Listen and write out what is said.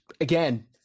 again